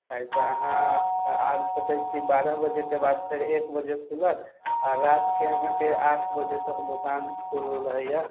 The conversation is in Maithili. ताहिसँ अहाँ आबि सकैत छी बारह बजेके बाद फेर एक बजे खुलत आ रातके अहाँकेँ आठ बजे तक दोकान खुलल रहैए